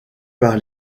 par